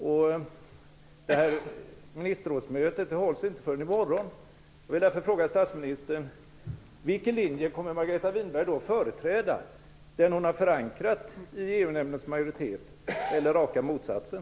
Det aktuella ministerrådsmötet hålls inte förrän i morgon, och jag vill därför fråga statsministern: Vilken linje kommer Margareta Winberg då att företräda, den hon har förankrat i EU-nämndens majoritet eller raka motsatsen?